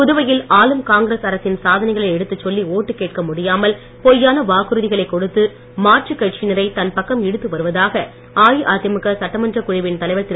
புதுவையில் ஆளும் காங்கிரஸ் அரசின் சாதனைகளை எடுத்துச் சொல்லி ஓட்டு கேட்க முடியாமல் பொய்யான வாக்குறுதிகளை கொடுத்து மாற்று கட்சியனரை தன் பக்கம் இழுத்து வருவதாக அஇஅதிமுக சட்டமன்ற குழுவின் தலைவர் திரு